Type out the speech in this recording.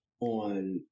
on